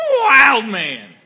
Wildman